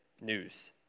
news